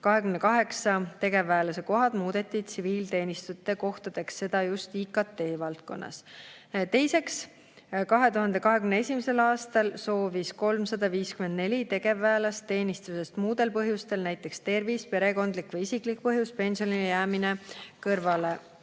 28 tegevväelase kohta muudeti tsiviilteenistujate kohtadeks, seda just IKT-valdkonnas. Teiseks, 2021. aastal soovis 354 tegevväelast teenistusest kõrvale astuda muudel põhjustel, näiteks tervis, perekondlik või muu isiklik põhjus, pensionile jäämine. Kolmas